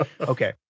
okay